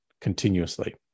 continuously